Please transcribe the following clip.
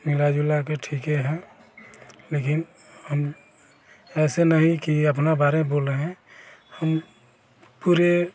मिला जुलाकर ठीक है लेकिन हम ऐसे नहीं कि अपने बारे में बोल रहे हैं हम पूरे